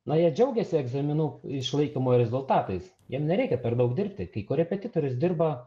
na jie džiaugėsi egzaminų išlaikymo rezultatais jiem nereikia per daug dirbti kai korepetitorius dirba